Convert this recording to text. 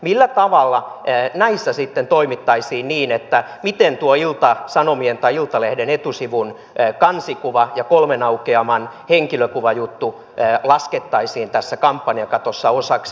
millä tavalla näissä sitten toimittaisiin miten tuo ilta sanomien tai iltalehden etusivun kansikuva ja kolmen aukeaman henkilökuvajuttu laskettaisiin tässä kampanjakatossa osaksi